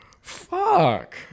Fuck